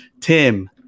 Tim